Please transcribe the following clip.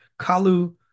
kalu